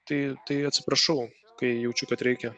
tai tai atsiprašau kai jaučiu kad reikia